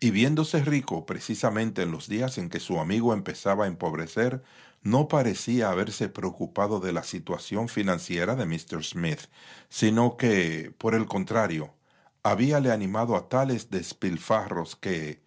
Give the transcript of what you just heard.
y viéndose rico precisamente en los días en que su amigo empezaba a empobrecer no parecía haberse preocupado de la situación financiera de míster smith sino que por el contrario habíale animado a tales despilfarros que